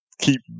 keep